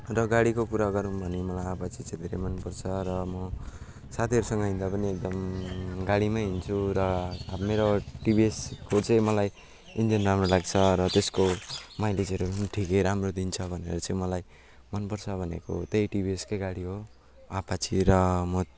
र गाडीको कुरा गरौँ भने मलाई आपाचे चाहिँ धेरै मन पर्छ र म साथीहरूसँग हिँड्दा पनि एकदम गाडीमा हिँड्छु र अब मेरो टिभिएसको चाहिँ मलाई इन्जिन राम्रो लाग्छ र त्यसको माइलेजहरू ठिकै राम्रो दिन्छ भनेर चाहिँ मलाई मन पर्छ भनेको त्यही टिभिएसको गाडी हो आपाचे र म